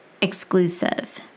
exclusive